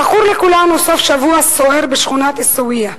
זכור לכולנו סוף שבוע סוער בשכונת עיסאוויה,